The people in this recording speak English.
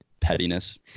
Pettiness